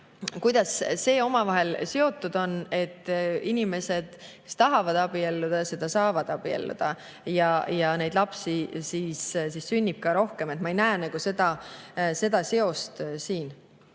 Kuidas see omavahel seotud on, et inimesed, kes tahavad abielluda, saavad abielluda ja et lapsi sünnib rohkem? Ma ei näe seda seost siin.